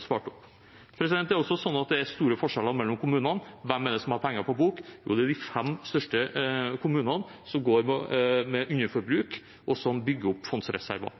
spart opp. Det er også store forskjeller mellom kommunene. Hvem er det som har penger på bok? Jo, det er de fem største kommunene, som går med underforbruk, og som bygger opp